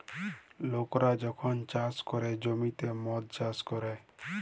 লকরা যখল চাষ ক্যরে জ্যমিতে মদ চাষ ক্যরে